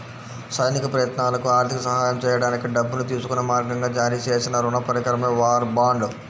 సైనిక ప్రయత్నాలకు ఆర్థిక సహాయం చేయడానికి డబ్బును తీసుకునే మార్గంగా జారీ చేసిన రుణ పరికరమే వార్ బాండ్